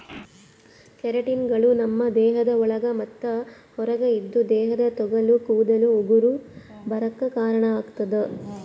ಕೆರಾಟಿನ್ಗಳು ನಮ್ಮ್ ದೇಹದ ಒಳಗ ಮತ್ತ್ ಹೊರಗ ಇದ್ದು ದೇಹದ ತೊಗಲ ಕೂದಲ ಉಗುರ ಬರಾಕ್ ಕಾರಣಾಗತದ